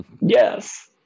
Yes